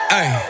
ay